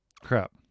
crap